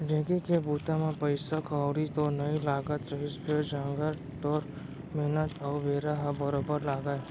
ढेंकी के बूता म पइसा कउड़ी तो नइ लागत रहिस फेर जांगर टोर मेहनत अउ बेरा ह बरोबर लागय